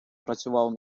працював